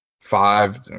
five